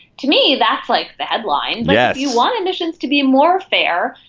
to me that's like the headline yeah if you want emissions to be more fair.